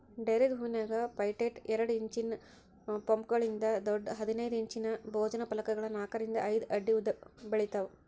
ಡೇರೆದ್ ಹೂವಿನ್ಯಾಗ ಪೆಟೈಟ್ ಎರಡ್ ಇಂಚಿನ ಪೊಂಪೊಮ್ಗಳಿಂದ ದೊಡ್ಡ ಹದಿನೈದ್ ಇಂಚಿನ ಭೋಜನ ಫಲಕಗಳ ನಾಕರಿಂದ ಐದ್ ಅಡಿ ಉದ್ದಬೆಳಿತಾವ